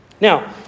Now